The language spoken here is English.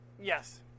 yes